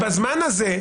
בזמן הזה,